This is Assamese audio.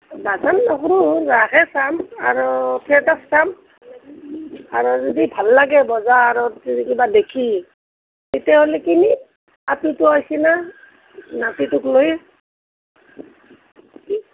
বজাৰ নকৰোঁ ৰাসেই চাম আৰু থিয়েটাৰ চাম আৰু যদি ভাল লাগে বজাৰত কিবা দেখি তেতিয়াহ'লে কিনিম আপিটোও আহিছে না নাতিটোক লৈ